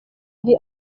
yari